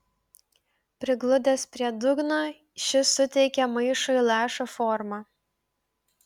prigludęs prie dugno šis suteikė maišui lašo formą